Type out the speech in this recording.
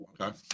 okay